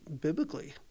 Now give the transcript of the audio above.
biblically